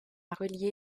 relié